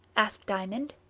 asked diamond.